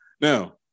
Now